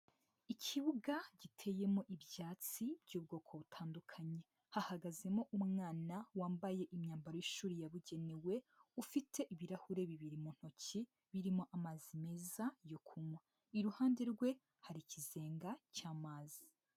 Ikibuga giteyemo ibyatsi by'ubwoko butandukanye, hahagazemo umwana wambaye imyambaro y'ishuri yabugenewe, ufite ibirahuri bibiri mu ntoki birimo amazi meza yo kunywa. Iruhande rwe hari ikizenga cy'amazi.